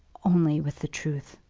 only with the truth.